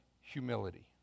humility